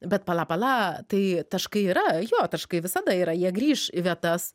bet pala pala tai taškai yra jo taškai visada yra jie grįš į vietas